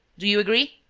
do you agree?